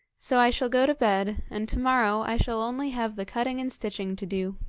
so i shall go to bed, and to-morrow i shall only have the cutting and stitching to do